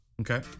okay